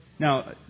Now